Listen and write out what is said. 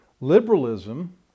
Liberalism